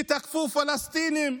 שתקפו פלסטינים,